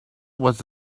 was